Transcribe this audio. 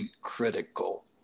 critical